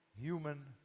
human